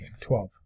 Twelve